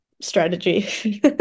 strategy